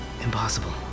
Impossible